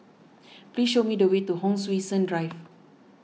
please show me the way to Hon Sui Sen Drive